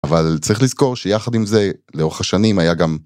אבל צריך לזכור שיחד עם זה, לאורך השנים היה גם...